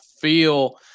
feel